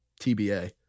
TBA